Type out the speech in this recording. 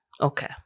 okay